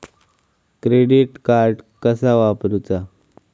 Credit card कसा वापरूचा?